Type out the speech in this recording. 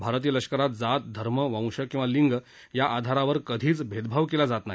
भारतीय लष्करात जात धर्म वंश किंवा लिंग या आधारावर कधीच भेदभाव केला जात नाही